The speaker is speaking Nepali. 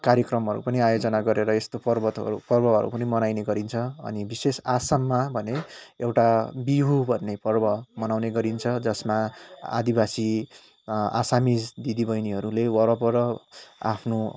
कार्यक्रमहरू पनि आयोजना गरेर यस्तो पर्वहरू पनि मनाइने गरिन्छ अनि विशेष आसाममा भने एउटा बिहु भन्ने पर्व मनाउने गरिन्छ जसमा आदिवासी आसामिस् दिदी बहिनीहरूले वरपर आफ्नो